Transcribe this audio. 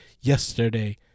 yesterday